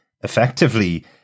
effectively